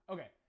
Okay